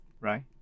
right